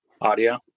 audio